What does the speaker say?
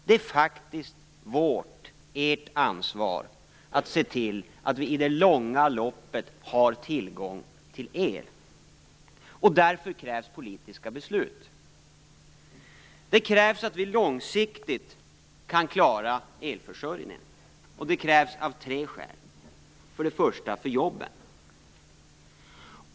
Det är faktiskt vårt och ert ansvar att se till att vi i det långa loppet har tillgång till el. Därför krävs det politiska beslut. Det krävs att vi långsiktigt kan klara elförsörjningen, och för det finns tre skäl. Det krävs för det första för jobben.